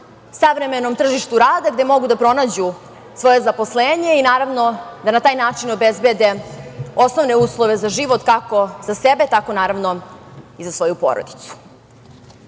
savremenom tržištu rada gde mogu da pronađu svoje zaposlenje i naravno na taj način obezbede osnovne uslove za život kako za sebe, tako naravno, i za svoju porodicu. Mladost